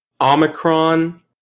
Omicron